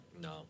No